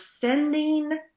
sending